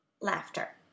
laughter